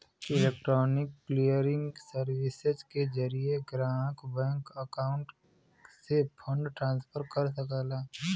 electronic clearing services के जरिये ग्राहक बैंक अकाउंट से फंड ट्रांसफर कर सकला